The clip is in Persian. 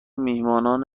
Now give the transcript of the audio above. میهمانان